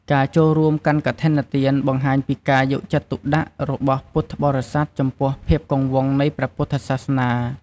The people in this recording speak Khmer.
ការចូលរួមកាន់កឋិនទានបង្ហាញពីការយកចិត្តទុកដាក់របស់ពុទ្ធបរិស័ទចំពោះភាពគង់វង្សនៃព្រះពុទ្ធសាសនា។